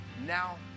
Now